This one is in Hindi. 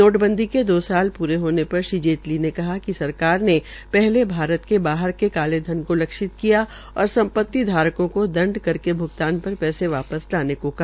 नोटबंदी के दो साल प्रे होने पर श्री जेतली ने कहा कि सरकार ने पहले भारत के बाहर के कालेधन को लक्षित किया और संपत्ति धारकों को दंड कर के भ्गतान पर पैसे वापस लाने को कहा